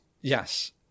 Yes